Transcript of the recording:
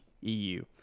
EU